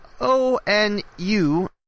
onu